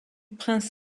prince